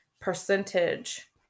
percentage